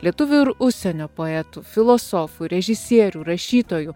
lietuvių ir užsienio poetų filosofų režisierių rašytojų